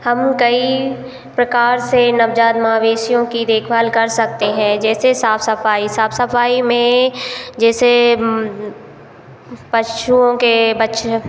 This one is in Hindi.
हम कई प्रकार से नवजात मवेशियों की देखभाल कर सकते हैं जैसे साफ़ सफाई साफ़ सफाई में जैसे पशुओं के बच्चे